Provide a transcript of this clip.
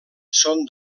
són